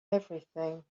everything